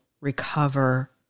recover